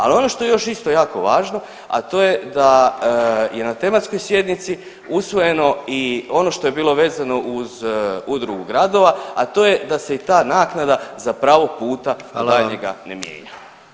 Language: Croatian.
Al ono što je još isto jako važno, a to je da je na tematskoj sjednici usvojeno i ono što je bilo vezano uz udrugu gradova, a to je da se i ta naknada za pravo puta do daljnjega ne mijenja